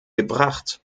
gebracht